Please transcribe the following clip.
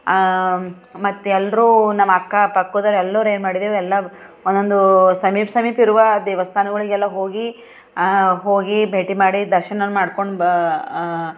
ಮತ್ತೆಲ್ಲರೂ ನಮ್ಮ ಅಕ್ಕಪಕ್ಕದೋರು ಎಲ್ಲರೂ ಏನ್ಮಾಡಿದೇವು ಎಲ್ಲ ಒಂದೊಂದು ಸಮೀಪ ಸಮೀಪ ಇರುವ ದೇವಸ್ಥಾನಗಳಿಗೆಲ್ಲ ಹೋಗಿ ಹೋಗಿ ಭೇಟಿ ಮಾಡಿ ದರ್ಶನವನ್ನು ಮಾಡ್ಕೊಂಡು